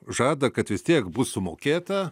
žada kad vis tiek bus sumokėta